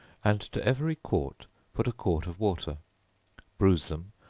and to every quart put a quart of water bruise them,